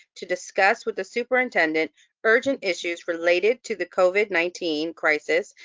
to discuss with the superintendent urgent issues related to the covid nineteen crisis,